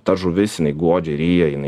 ta žuvis jinai godžiai ryja jinai